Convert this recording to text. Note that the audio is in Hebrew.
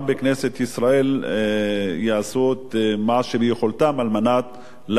ישראל יעשו את מה שביכולתם על מנת להבטיח,